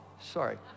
Sorry